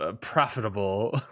profitable